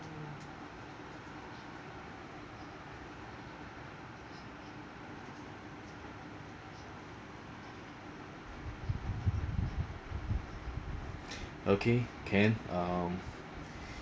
okay can um